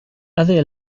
other